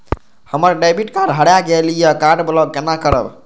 हमर debit card हरा गेल ये कार्ड ब्लॉक केना करब?